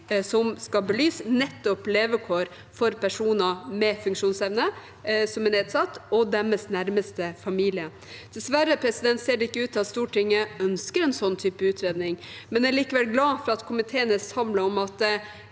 som skal belyse nettopp levekår for personer med nedsatt funksjonsevne og deres nærmeste familie. Dessverre ser det ikke ut til at Stortinget ønsker en sånn type utredning, men jeg er likevel glad for at komiteen er samlet om at